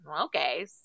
Okay